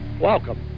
welcome